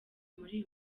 muri